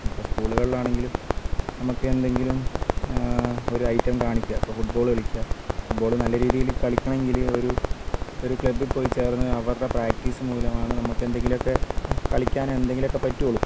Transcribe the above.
ഇപ്പോൾ സ്കൂളുകളിൽ ആണെങ്കിലും നമുക്ക് എന്തെങ്കിലും ഒരു ഐറ്റം കാണിക്കുക ഇപ്പോൾ ഫുട്ബോൾ കളിക്കുക ഫുട്ബോൾ നല്ലരീതിയിൽ കളിക്കണമെങ്കിൽ ഒരു ഒരു ക്ലബ്ബിൽ പോയിച്ചേർന്ന് അവരുടെ പ്രാക്റ്റീസ് മൂലമാണ് നമുക്ക് എന്തെങ്കിലുമൊക്കെ കളിക്കാൻ എന്തെങ്കിലുമൊക്കെ പറ്റുള്ളൂ